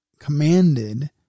commanded